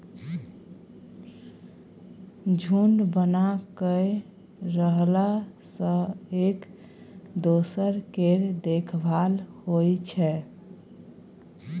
झूंड बना कय रहला सँ एक दोसर केर देखभाल होइ छै